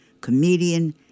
comedian